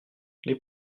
les